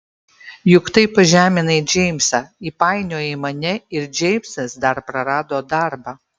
juk taip pažeminai džeimsą įpainiojai mane ir džeimsas dar prarado darbą